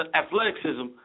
athleticism